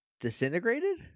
Disintegrated